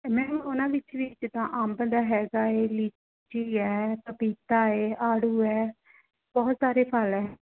ma'am ਉਹਨਾਂ ਵਿੱਚ ਵੀ ਜਿੱਦਾਂ ਅੰਬ ਦਾ ਹੈਗਾ ਹੈ ਲੀਚੀ ਹੈ ਪਪੀਤਾ ਹੈ ਆੜੂ ਹੈ ਬਹੁਤ ਸਾਰੇ ਫਲ਼ ਹੈ